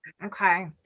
Okay